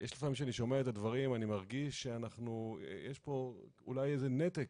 אני מרגיש שיש פה איזה נתק,